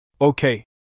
Okay